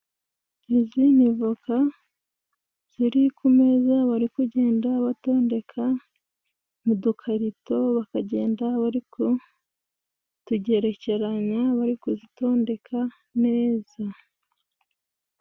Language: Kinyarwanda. Izindi voka ziri ku meza bari kugenda batondeka mu dukarito, bakagenda bari kutugerekeranya bari kuzitondeka neza.